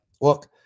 look